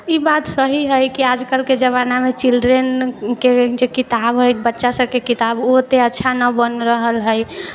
ई बात सही हइ कि आजकलके जमानामे चिल्ड्रनके जे किताब हइ बच्चा सबके किताब ओ ओते अच्छा नहि बनि रहल हइ